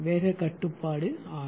வேக கட்டுப்பாடு ஆர்